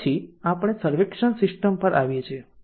પછી આપણે સર્વિક્શન સિસ્ટમ પર આવીએ છીએ